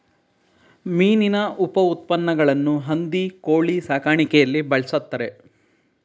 ಮೀನಿನ ಉಪಉತ್ಪನ್ನಗಳನ್ನು ಹಂದಿ ಕೋಳಿ ಸಾಕಾಣಿಕೆಯಲ್ಲಿ ಬಳ್ಸತ್ತರೆ